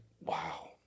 wow